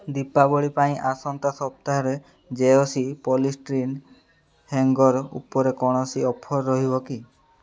ଦୀପାବଳି ପାଇଁ ଆସନ୍ତା ସପ୍ତାହରେ ଜେୟସୀ ପଲିଷ୍ଟିରିନ୍ ହ୍ୟାଙ୍ଗର୍ ଉପରେ କୌଣସି ଅଫର୍ ରହିବ କି